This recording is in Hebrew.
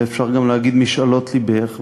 ואפשר גם להגיד משאלות לבך,